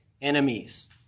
enemies